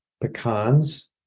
pecans